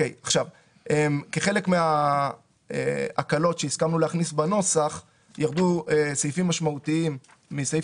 כחלק מההקלות שהסכמנו להכניס בנוסח ירדו סעיפים משמעותיים מסעיף